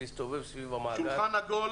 לשבת בשולחן עגול